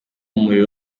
muriro